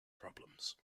problems